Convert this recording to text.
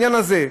בעניין הזה,